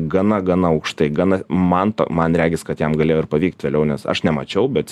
gana gana aukštai gana man to man regis kad jam galėjo ir pavykt toliau nes aš nemačiau bet